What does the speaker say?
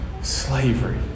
slavery